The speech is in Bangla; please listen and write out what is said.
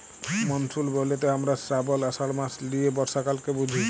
মনসুল ব্যলতে হামরা শ্রাবল, আষাঢ় মাস লিয়ে বর্ষাকালকে বুঝি